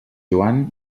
joan